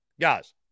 Guys